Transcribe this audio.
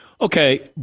Okay